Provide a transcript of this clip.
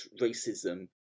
racism